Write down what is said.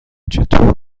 چطور